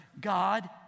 God